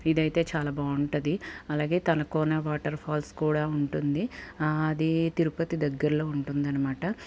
ఇదైతే చాలా బాగుంటుంది అలాగే తలకోన వాటర్ ఫాల్స్ కూడా ఉంటుంది అది తిరుపతి దగ్గర్లో ఉంటుందనమాట